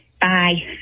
Bye